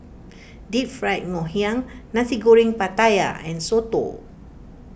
Deep Fried Ngoh Hiang Nasi Goreng Pattaya and Soto